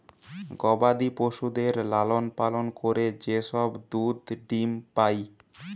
গবাদি পশুদের লালন পালন করে যে সব দুধ ডিম্ পাই